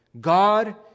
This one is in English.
God